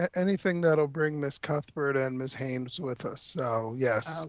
anything that'll bring ms. cuthbert and ms. haynes with us, so yes.